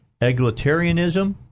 egalitarianism